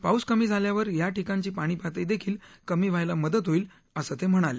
पाऊस कमी झाल्यावर याठिकाणची पाणी पातळी देखील कमी व्हायला मदत होईल असं ते म्हणाले